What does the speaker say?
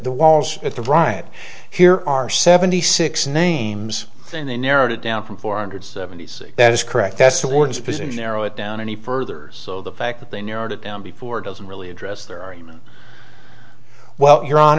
the walls at the riot here are seventy six names and they narrowed it down from four hundred seventy that is correct that's the lord's position arrow it down any further so the fact that they narrowed it down before doesn't really address their argument well your hon